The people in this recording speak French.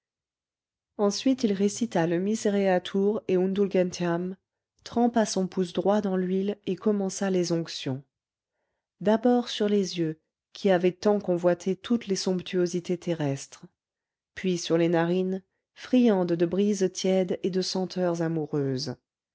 ensuite il récita le misereatur et undulgentiam trempa son pouce droit dans l'huile et commença les onctions d'abord sur les yeux qui avaient tant convoité toutes les somptuosités terrestres puis sur les narines friandes de brises tièdes et de senteurs amoureuses